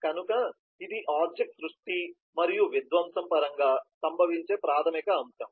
కనుక ఇది ఆబ్జెక్ట్ సృష్టి మరియు విధ్వంసం పరంగా సంభవించే ప్రాథమిక అంశం